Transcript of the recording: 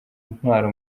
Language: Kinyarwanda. intwaro